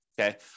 okay